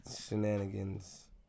shenanigans